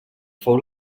fou